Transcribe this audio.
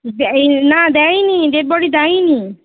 দেয় না দেয়ই নি ডেড বডি দেয়ই নি